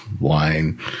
line